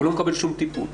הוא לא מקבל שום טיפול.